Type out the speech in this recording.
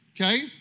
okay